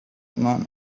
none